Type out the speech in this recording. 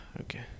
Okay